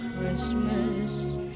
Christmas